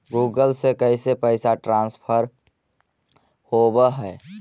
Google से भी पैसा ट्रांसफर होवहै?